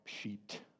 sheet